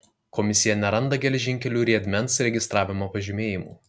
komisija neranda geležinkelių riedmens registravimo pažymėjimų